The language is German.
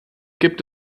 gibt